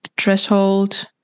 threshold